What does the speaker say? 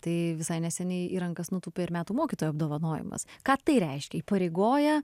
tai visai neseniai į rankas nutūpė ir metų mokytojo apdovanojimas ką tai reiškia įpareigoja